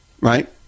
right